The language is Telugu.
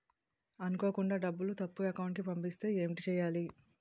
అనుకోకుండా డబ్బులు తప్పు అకౌంట్ కి పంపిస్తే ఏంటి చెయ్యాలి?